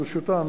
לרשותן,